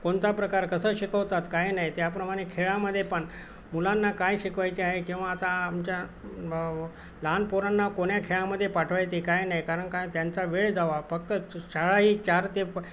कोणता प्रकार कसं शिकवतात काय नाही त्याप्रमाणे खेळामध्येपण मुलांना काय शिकवायचे आहे किंवा आता आमच्या लहान पोरांना कोण्या खेळामध्ये पाठवायचे काय नाही कारण काय त्यांचा वेळ जावा फक्त शाळाही चार ते